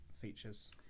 features